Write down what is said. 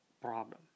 problem